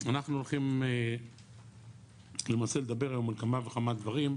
אנחנו הולכים למעשה לדבר היום על כמה וכמה דברים,